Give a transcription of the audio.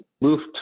Luft